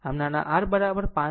આમ નાના r 5